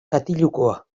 katilukoa